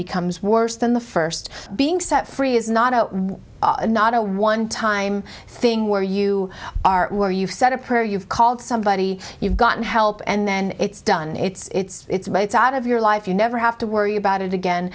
becomes worse than the first being set free is not one not a one time thing where you are where you've said a prayer you've called somebody you've gotten help and then it's done it's made out of your life you never have to worry about it again